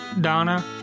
Donna